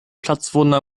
platzwunde